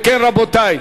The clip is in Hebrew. תצביעו אוטומטית